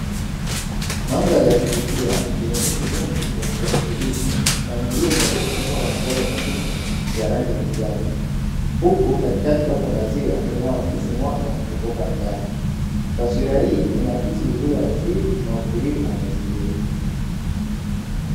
Mandhari ya kuvutia yenye miti mingi ya kijani kibichi, na milima iliyofunikwa na majani mazito ya rangi ya kijani, huku katikati kukiwa kuna ziwa linaloakisi mwanga kutoka angani. Taswira hii inaakisi uzuri wa asili na utulivu wa mazingira.